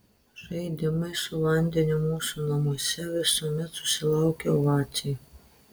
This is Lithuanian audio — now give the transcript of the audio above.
žaidimai su vandeniu mūsų namuose visuomet susilaukia ovacijų